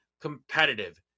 competitive